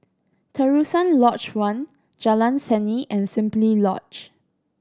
Terusan Lodge One Jalan Seni and Simply Lodge